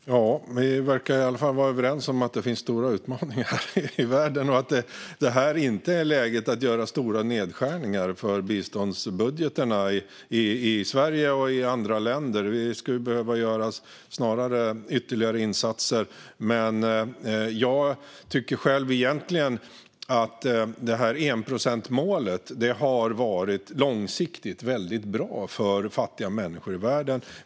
Fru talman! Ja, vi verkar i alla fall vara överens om att det finns stora utmaningar i världen och att detta inte är rätt läge att göra stora nedskärningar i biståndsbudgetarna i Sverige och andra länder. Det skulle snarare behöva göras ytterligare insatser. Jag tycker själv egentligen att enprocentsmålet har varit långsiktigt bra för fattiga människor i världen.